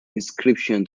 inscription